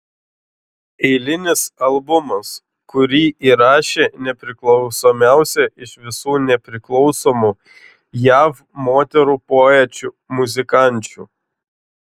eilinis albumas kurį įrašė nepriklausomiausia iš visų nepriklausomų jav moterų poečių muzikančių